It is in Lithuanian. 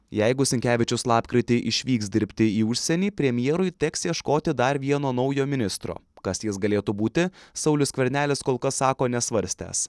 jeigu sinkevičius lapkritį išvyks dirbti į užsienį premjerui teks ieškoti dar vieno naujo ministro kas jis galėtų būti saulius skvernelis kol kas sako nesvarstęs